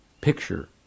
picture